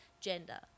gender